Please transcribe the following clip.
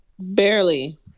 Barely